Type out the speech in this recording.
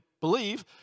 believe